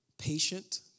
Patient